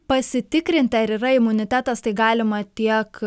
pasitikrinti ar yra imunitetas tai galima tiek